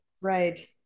Right